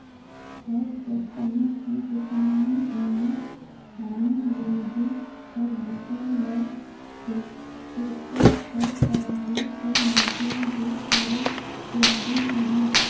आएज कर समे मे किसानी जिनिस लाने लेगे कर बूता ह टेक्टर कर टराली कर माध्यम ले करे लगिन अहे